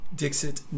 dixit